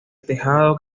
tejado